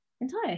entire